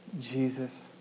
Jesus